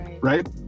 Right